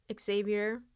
Xavier